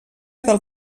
del